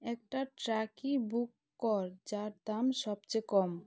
একটা ট্রাকই বুক কর যার দাম সবচেয়ে কম